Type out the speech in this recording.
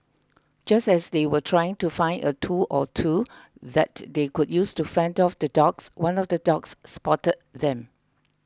just as they were trying to find a tool or two that they could use to fend off the dogs one of the dogs spotted them